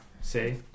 say